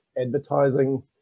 advertising